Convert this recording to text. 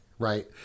Right